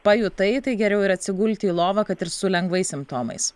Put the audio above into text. pajutai tai geriau ir atsigulti į lovą kad ir su lengvais simptomais